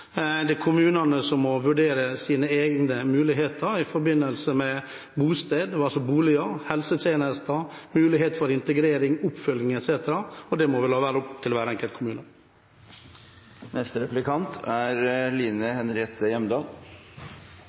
Det er kommunene som må vurdere sine egne muligheter i forbindelse med boliger, helsetjenester, mulighet for integrering, oppfølging etc., og det må vi la være opp til hver enkelt kommune.